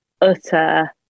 utter